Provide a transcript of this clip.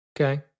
Okay